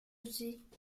sait